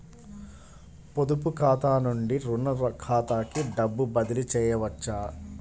పొదుపు ఖాతా నుండీ, రుణ ఖాతాకి డబ్బు బదిలీ చేయవచ్చా?